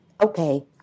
okay